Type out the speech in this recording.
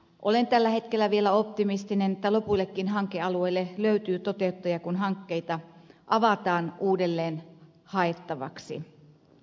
olen tällä hetkellä vielä optimistinen että lopuillekin hankealueille löytyy toteuttaja kun hankkeita avataan uudelleen haettavaksi